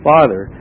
Father